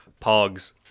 Pogs